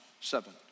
seven